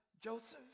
Joseph